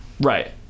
Right